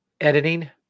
Editing